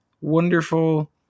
wonderful